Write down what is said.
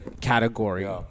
category